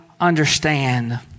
understand